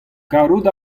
karout